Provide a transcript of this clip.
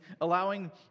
allowing